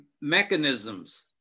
mechanisms